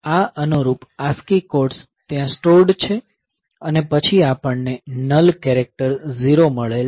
તેથી આ અનુરૂપ ASCII કોડ્સ ત્યાં સ્ટોર્ડ છે અને પછી આપણને નલ કેરેક્ટર 0 મળેલ છે